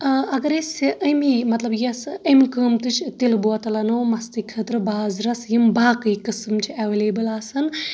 اگر أسۍ اَمی مطلب یس اَمہِ قۭمتٕچ تِلہٕ بوتل اَنو مستہٕ خأطرٕ بازرٕس یِم باقے قٔسٕم چھ اویلیبل آسان